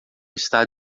está